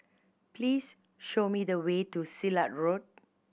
please show me the way to Silat Road